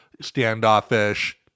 standoffish